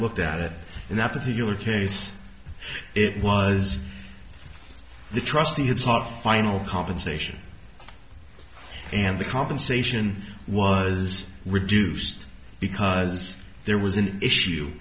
looked at it and that the your case it was the trustee it's not final compensation and the compensation was reduced because there was an issue